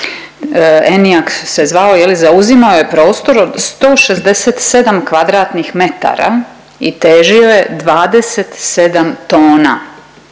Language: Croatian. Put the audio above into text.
Eniac se zvao je li, zauzimao je prostor od 167 kvadratnih metara i težio je 27 tona,